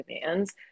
demands